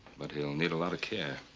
but he'll need a lot of care.